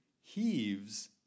heaves